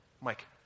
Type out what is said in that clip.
Mike